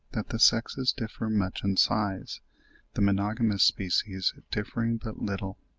that the sexes differ much in size the monogamous species differing but little.